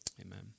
amen